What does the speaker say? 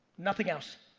nothing else.